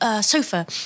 sofa